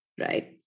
right